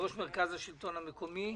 יושב-ראש מרכז השלטון המקומי.